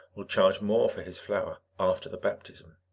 will charge more for his flour after the baptism.